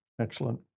Excellent